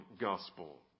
gospel